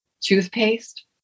Toothpaste